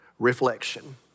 reflection